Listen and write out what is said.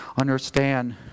understand